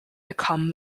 become